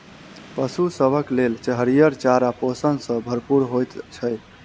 पशु सभक लेल हरियर चारा पोषण सॅ भरपूर होइत छै